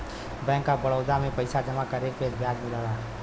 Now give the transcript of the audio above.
bank of Baroda में पइसा जमा करे पे ब्याज मिलला